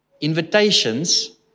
invitations